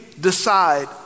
decide